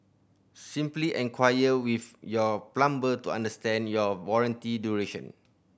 simply enquire with your plumber to understand your warranty duration